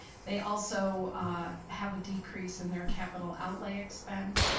they also have a decrease in their capital outlay expense.